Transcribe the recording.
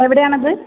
എവിടെയാണ് അത്